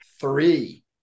three